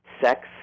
sex